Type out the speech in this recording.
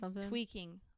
Tweaking